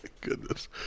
goodness